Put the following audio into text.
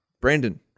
Brandon